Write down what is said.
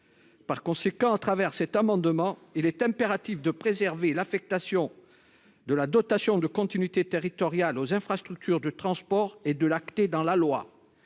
par conséquent à travers cet amendement, il est impératif de préserver l'affectation de la dotation de continuité territoriale aux infrastructures de transport et de l'actée dans la loi